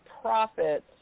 Profits